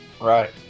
Right